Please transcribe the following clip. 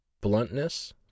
bluntness